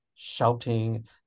shouting